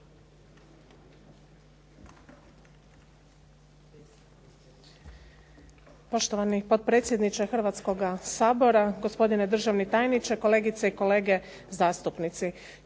gospodine potpredsjedniče, poštovani gospodine državni tajniče, kolegice i kolege zastupnici.